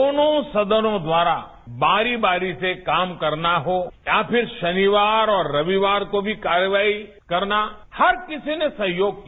दोनों सदनों द्वारा बारी बारी से काम करना हो या फिर शनिवार और रविवार को भी कार्यवाही करना हर किसी ने सहयोग किया